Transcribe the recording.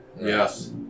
Yes